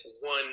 one